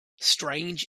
strange